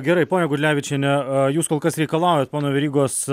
gerai ponia gudlevičiene jūs kol kas reikalaujat pono verygos